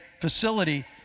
facility